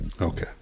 okay